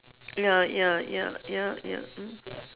ya ya ya ya ya mm